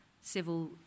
civil